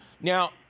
Now